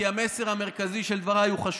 כי המסר המרכזי של דבריי הוא חשוב.